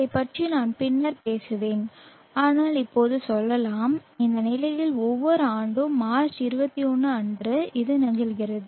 இதைப் பற்றி நான் பின்னர் பேசுவேன் ஆனால் இப்போது சொல்லலாம் இந்த நிலையில் ஒவ்வொரு ஆண்டும் மார்ச் 21 அன்று இது நிகழ்கிறது